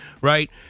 right